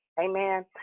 Amen